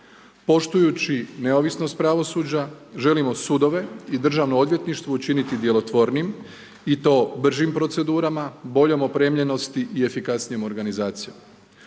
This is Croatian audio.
Poštujući neovisnost pravosuđa, želimo sudove i državno odvjetništvo učiniti djelotvornijim i to bržim procedurama, boljom opremljenosti i efikasnijom organizacijom.